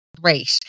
great